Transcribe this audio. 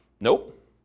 Nope